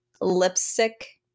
lipstick